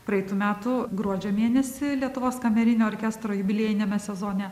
praeitų metų gruodžio mėnesį lietuvos kamerinio orkestro jubiliejiniame sezone